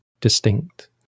distinct